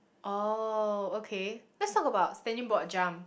oh okay let's talk about standing broad jump